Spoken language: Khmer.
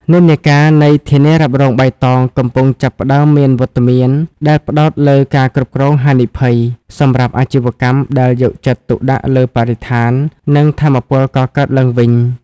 និន្នាការនៃ "ធានារ៉ាប់រងបៃតង" កំពុងចាប់ផ្ដើមមានវត្តមាន ដែលផ្ដោតលើ ការគ្រប់គ្រងហានិភ័យ សម្រាប់អាជីវកម្មដែលយកចិត្តទុកដាក់លើបរិស្ថាន និងថាមពលកកើតឡើងវិញ។